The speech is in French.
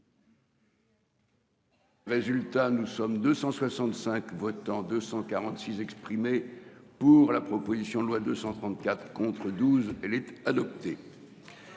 Résultat, nous sommes 265 votants 246 exprimé pour la proposition de loi 234 contre 12. Elle était adoptée.